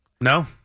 No